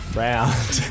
round